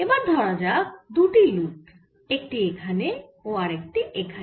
এবার ধরা যাক দুটি লুপ একটি এখানে ও আরেকটি এখানে